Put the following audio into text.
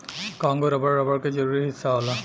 Congo rubber, rubber क जरूरी हिस्सा होला